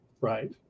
right